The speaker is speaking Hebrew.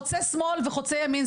לא שמאל ולא ימין,